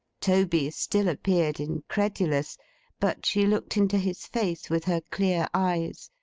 toby still appeared incredulous but she looked into his face with her clear eyes,